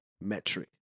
metric